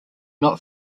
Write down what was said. not